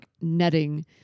netting